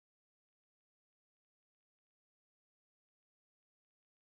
having their food and on their plate they have two carrots full carrots